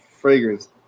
fragrance